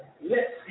lets